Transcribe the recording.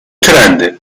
trendi